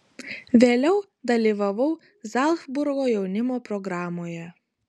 vėliau dalyvavau zalcburgo jaunimo programoje